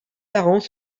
parents